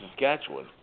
Saskatchewan